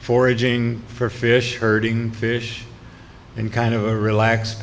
foraging for fish herding fish in kind of a relaxed